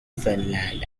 finland